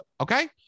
Okay